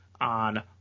on